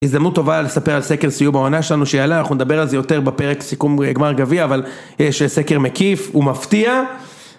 הזדמנות טובה לספר על סקר סיום העונה שלנו שיעלה, אנחנו נדבר על זה יותר בפרק סיכום גמר גביע, אבל יש סקר מקיף ומפתיע.